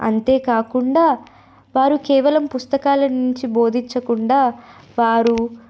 అంతేకాకుండా వారు కేవలం పుస్తకాల నుంచి బోధించకుండా వారు